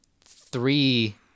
three